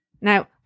Now